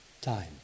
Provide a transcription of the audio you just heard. time